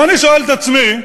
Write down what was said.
אני שואל את עצמי,